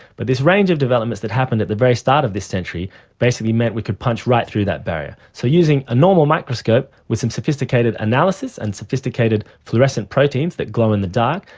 but this range of developments that happened at the very start of this century basically meant we could punch right through that barrier. so using a normal microscope with some sophisticated analysis and sophisticated fluorescent proteins that glow in the dark,